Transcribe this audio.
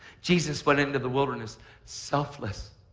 jesus went into the wilderness selfless,